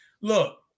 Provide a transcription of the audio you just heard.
look